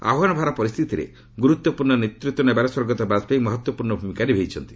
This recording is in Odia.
ଆହ୍ୱାନ ଭରା ପରିସ୍ଥିତିରେ ଗୁରୁତ୍ୱପୂର୍ଣ୍ଣ ନେତୃତ୍ୱ ନେବାରେ ସ୍ୱର୍ଗତ ବାଜପେୟୀ ମହତ୍ୱପୂର୍ଣ୍ଣ ଭୂମିକା ନିଭାଇଛନ୍ତି